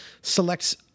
selects